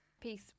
Peace